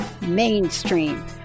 mainstream